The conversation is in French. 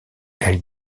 elle